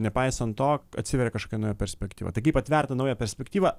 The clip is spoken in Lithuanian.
nepaisant to atsiveria kažkokia nauja perspektyva tai kaip atvert tą naują perspektyvą